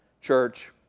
church